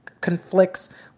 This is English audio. conflicts